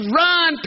run